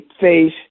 face